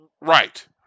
right